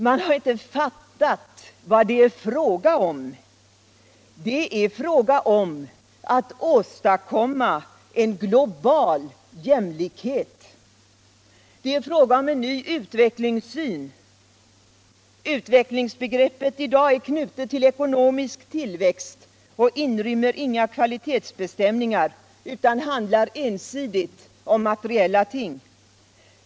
Man har inte fattat vad det är fråga om, nämligen att åstadkomma cen global jämlikhet. Det är fråga om en ny utvecklingssyn. Utvecklingsbegreppet är i dag knutet till ekonomisk tillväxt och inrymmer inga kvalitetsbestämningar Internationellt utvecklingssamar utan handlar ensidigt om materiella ting.